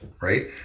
right